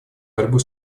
борьбу